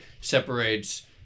separates